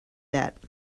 that